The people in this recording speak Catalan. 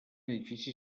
edifici